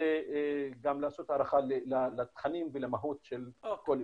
כדי גם לעשות הערכה לתכנים ולמהות של התוכניות.